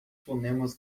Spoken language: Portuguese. fonemas